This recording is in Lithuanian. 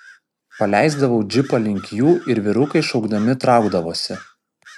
paleisdavau džipą link jų ir vyrukai šaukdami traukdavosi